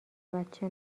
بچه